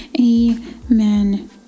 amen